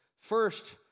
first